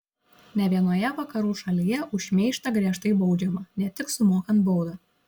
ne vienoje vakarų šalyje už šmeižtą griežtai baudžiama ne tik sumokant baudą